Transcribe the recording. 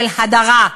של הדרה,